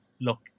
look